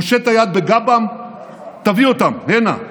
הושט היד וגע בם, תביא אותם הנה.